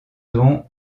don